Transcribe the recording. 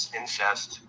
incest